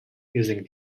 using